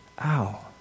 Ow